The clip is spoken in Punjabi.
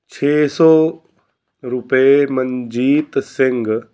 ਛੇ ਸੌ ਰੁਪਏ ਮਨਜੀਤ ਸਿੰਘ